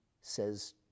says